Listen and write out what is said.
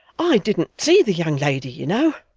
i didn't see the young lady, you know.